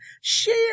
share